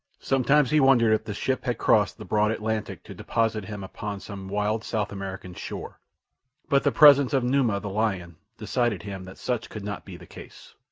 sometimes he wondered if the ship had crossed the broad atlantic to deposit him upon some wild south american shore but the presence of numa, the lion, decided him that such could not be the case.